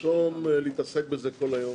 במקום להתעסק בזה כל היום